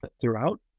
throughout